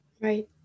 Right